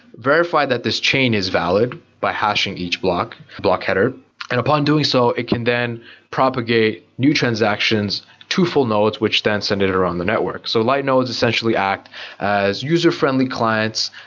verify that this chain is valid by hashing each block block header and upon doing so, it can then propagate new transactions to full nodes, which then send it it around the network. so light nodes essentially act as user-friendly clients,